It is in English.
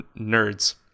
nerds